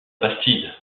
bastide